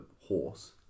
horse